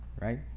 right